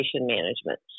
management